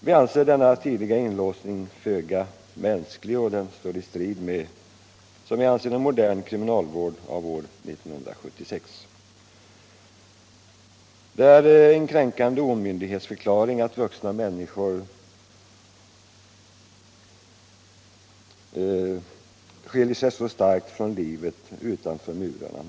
Vi anser denna tidiga inlåsning föga mänsklig, och den står i strid med vad vi anser vara en modern kriminalvård av år 1976. Det är en kränkande omyndighetsförklaring att vuxna människor skiljs så starkt från livet utanför murarna.